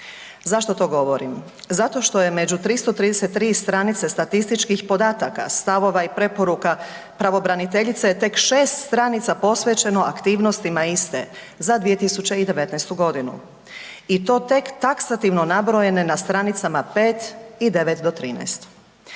Zašto to govorim? Zato što je među 333 stranice statističkih podataka, stavova i preporuka pravobraniteljice je tek 6 stranica posvećeno aktivnostima iste za 2019. godinu. I to tek taksativno nabrojene na stranicama 5 i 9 do 13.